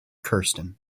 kristin